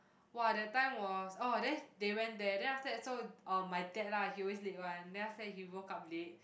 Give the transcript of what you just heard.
!wah! that time was oh then they went there then after that so um my dad lah he always late one then after that he woke up late